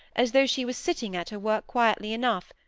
as though she was sitting at her work quietly enough,